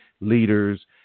leaders